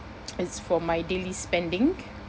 it's for my daily spending